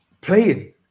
playing